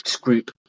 group